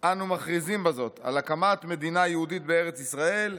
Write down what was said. אנו מכריזים בזאת על הקמת מדינה יהודית בארץ ישראל,